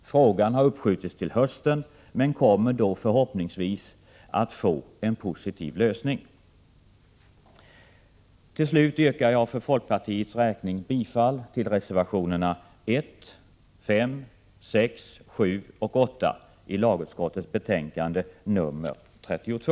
Frågan har uppskjutits till hösten, men kommer då förhoppningsvis att få en positiv lösning. Till slut yrkar jag för folkpartiets räkning bifall till reservationerna nr 1, 5, 6, 7 och 8 i lagutskottets betänkande nr 32.